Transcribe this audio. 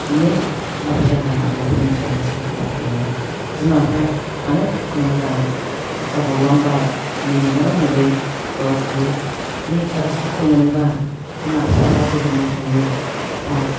दिनै थाखा पैसा गारनानै फोरोंसेयावनो साख्रि बाख्रि मोनाबा बिमा बिफाया मानो दुखु मोना जानो बिखा गावलांबाय दिनै मेगनआव मोदै खुगायाव खुदै दिनै फिसाफ्रा साख्रि मोनोबा बिमा बिफाफ्रा गोजोननाय थायो बा